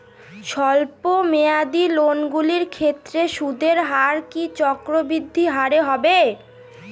স্বল্প মেয়াদী লোনগুলির ক্ষেত্রে সুদের হার কি চক্রবৃদ্ধি হারে হবে?